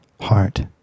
heart